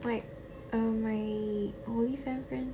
like um my holy friend friend